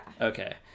Okay